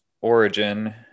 origin